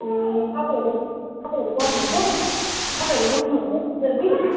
ए तपाईँहरू तपाईँहरू गर्नु हुन्छ तपाईँहरू रोप्नु हुन्छ गाजर बिट